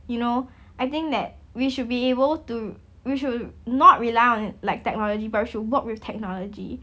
you know I think that we should be able to we should not rely on like technology but we should work with technology